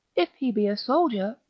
if he be a soldier,